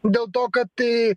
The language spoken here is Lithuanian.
dėl to kad tai